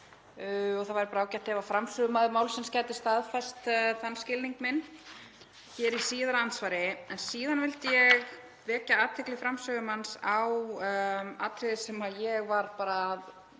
Það væri bara ágætt ef framsögumaður málsins gæti staðfest þann skilning minn hér í síðara andsvari. Síðan vildi ég vekja athygli framsögumanns á atriði sem ég var bara að